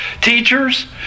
teachers